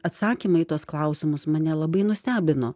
atsakymai į tuos klausimus mane labai nustebino